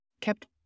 kept